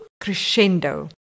crescendo